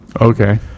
okay